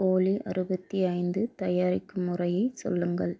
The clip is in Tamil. கோழி அறுபத்தி ஐந்து தயாரிக்கும் முறையை சொல்லுங்கள்